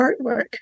artwork